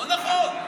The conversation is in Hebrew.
לא נכון.